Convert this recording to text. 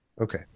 Okay